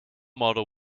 model